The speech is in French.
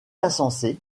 insensé